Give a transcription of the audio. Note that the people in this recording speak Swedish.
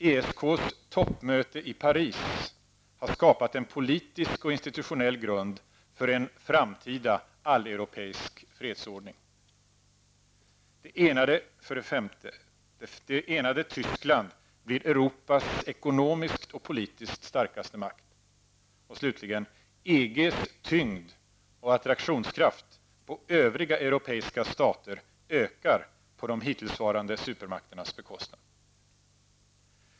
ESKs toppmöte i Paris har skapat en politisk och institutionell grund för en framtida alleuropeisk fredsordning. Det enade Tyskland blir Europas ekonomiskt och politiskt starkaste makt. EGs tyngd och attraktionskraft på övriga europeiska stater ökar på de hittillsvarande supermakternas bekostnad.